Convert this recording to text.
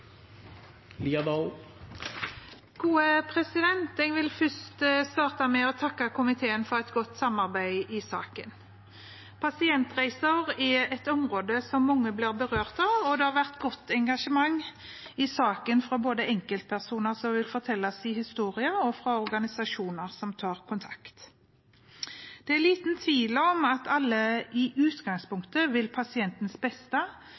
3 minutter. Jeg vil først takke komiteen for et godt samarbeid i saken. Pasientreiser er et område mange blir berørt av, og det har vært godt engasjement i saken fra både enkeltpersoner som vil fortelle sin historie, og fra organisasjoner som tar kontakt. Det er liten tvil om at alle i utgangspunktet vil pasientens beste,